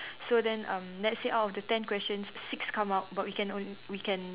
so then um let's say out of the ten questions six come out but we can only we can